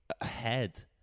ahead